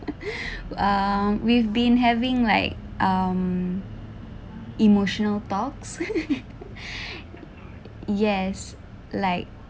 uh we've been having like um emotional talk yes like